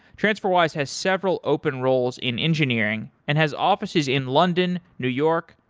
transferwise has several open roles in engineering and has offices in london, new york,